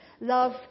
Love